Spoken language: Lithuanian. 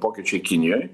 pokyčiai kinijoj